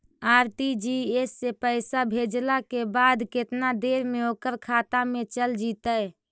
RTGS से पैसा भेजला के बाद केतना देर मे ओकर खाता मे चल जितै?